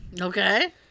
Okay